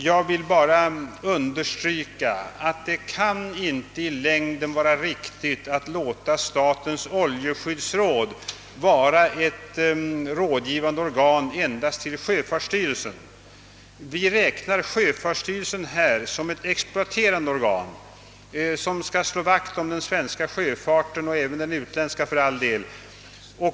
Jag vill bara understryka att det i längden inte kan vara riktigt att låta statens oljeskyddsråd vara ett rådgivande organ endast till sjöfartsstyrelsen. Denna betraktar vi som ett exploaterande organ, som skall slå vakt om den svenska sjöfarten och även om den utländska.